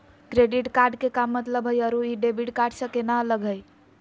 Credit card के का मतलब हई अरू ई डेबिट कार्ड स केना अलग हई?